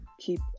Keep